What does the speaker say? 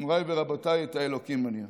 מוריי ורבותיי, את האלוקים אני ירא.